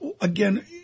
Again